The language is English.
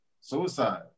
suicide